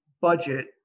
budget